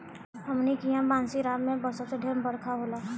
हमनी किहा मानसींराम मे सबसे ढेर बरखा होला